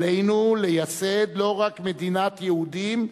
עלינו לייסד "לא רק מדינת יהודים,